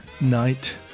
night